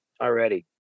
already